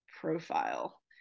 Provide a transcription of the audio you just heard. profile